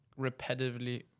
repetitively